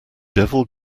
devil